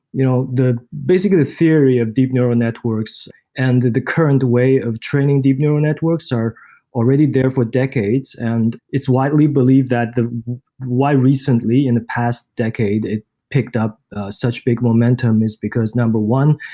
you know the basic of the theory of deep neural networks and the current way of training deep neural networks are already there for decades and it's widely believed that why recently in the past decade picked up such big momentum is because, number one,